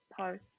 post